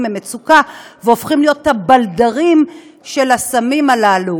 ממצוקה והולכים להיות הבלדרים של הסמים הללו.